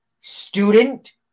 student